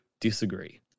disagree